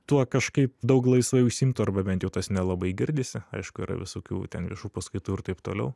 tuo kažkaip daug laisvai užsiimtų arba bent jau tas nelabai girdisi aišku yra visokių ten viešų paskaitų ir taip toliau